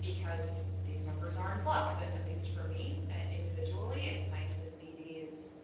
because these numbers are in flux and at least for me, at individually, it's nice to see these,